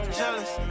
jealous